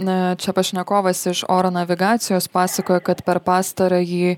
na čia pašnekovas iš oro navigacijos pasakojo kad per pastarąjį